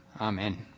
Amen